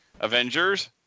Avengers